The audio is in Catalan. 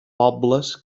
pobles